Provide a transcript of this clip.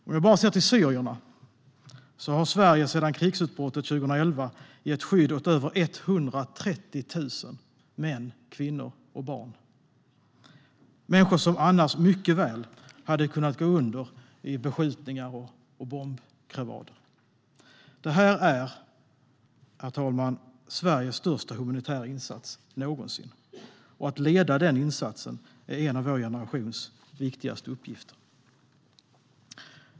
Om vi bara ser till syrierna har Sverige sedan krigsutbrottet 2011 gett skydd åt över 130 000 män, kvinnor och barn, människor som annars mycket väl hade kunnat gå under i beskjutningar och bombkrevader. Det här, herr talman, är Sveriges största humanitära insats någonsin, och att leda den insatsen är en av vår generations viktigaste uppgifter.